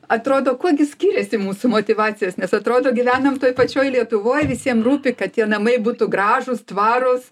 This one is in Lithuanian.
atrodo kuo gi skiriasi mūsų motyvacijos nes atrodo gyvenam toj pačioj lietuvoj visiem rūpi kad tie namai būtų gražūs tvarūs